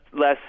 less